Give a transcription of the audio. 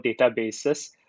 databases